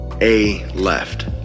A-Left